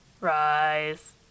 Rise